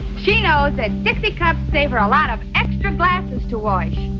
she knows that dixie cups save her a lot of extra glasses to wash.